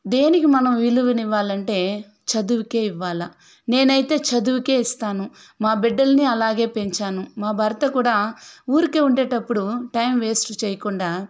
దేనికి మనము విలువని ఇవ్వాలంటే చదువుకే ఇవ్వాలా నేనైతే చదువుకే ఇస్తాను మా బిడ్డల్ని అలాగే పెంచాను మా భర్త కూడా ఊరికే ఉండేటప్పుడు టైం వేస్ట్ చేయకుండా